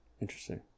interesting